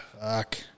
Fuck